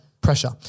pressure